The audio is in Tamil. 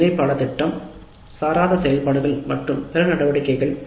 இணை பாடத்திட்ட சாராத செயல்பாடுகள் மற்றும் பிற நடவடிக்கைகள் உள்ளன